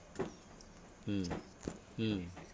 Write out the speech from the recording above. mm mm